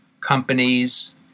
companies